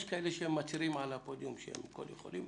יש כאלה שמצהירים מעל הפודיום שהם כל יכולים,